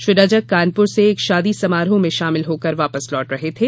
श्री रजक कानपुर से एक शादी समारोह में शामिल होकर वापस लौट रहे थे